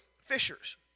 fishers